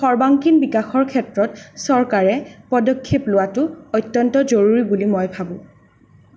সৰ্বাংগীণ বিকাশৰ ক্ষেত্ৰত চৰকাৰে পদক্ষেপ লোৱাটো অত্যন্ত জৰুৰী বুলি মই ভাবোঁ